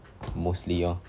mostly lor